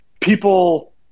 people